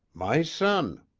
my son,